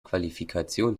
qualifikation